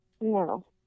No